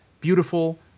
beautiful